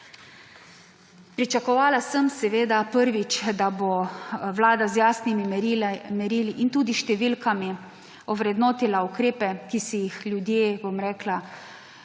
Pričakovala sem seveda, prvič, da bo Vlada z jasnimi merili in tudi številkami, ovrednotila ukrepe, ki si jih ljudje, ne